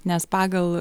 nes pagal